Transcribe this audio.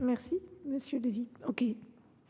La parole